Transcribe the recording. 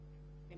יועברו.